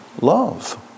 love